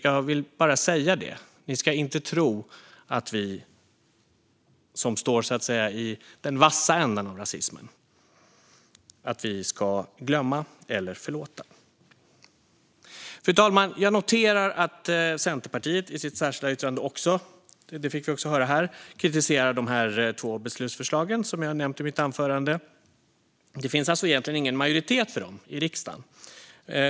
Jag vill bara säga det: Ni ska inte tro att vi som så att säga står i den vassa änden av rasismen ska glömma eller förlåta. Fru talman! Jag noterar att Centerpartiet i sitt särskilda yttrande också kritiserar de två beslutsförslag jag har nämnt i mitt anförande. Det fick vi höra här. Det finns alltså egentligen ingen majoritet för dem i riksdagen.